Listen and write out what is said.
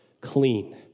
Clean